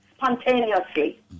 spontaneously